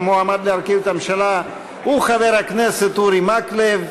המועמד להרכיב את הממשלה הוא חבר הכנסת אורי מקלב.